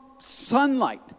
sunlight